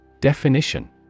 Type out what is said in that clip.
Definition